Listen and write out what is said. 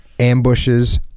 Ambushes